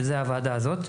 שזו הוועדה הזאת,